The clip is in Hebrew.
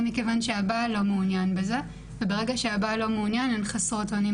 מכיוון שהבעל לא מעוניין בזה וברגע שהבעל לא מעוניין הן חסרות אונים